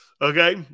Okay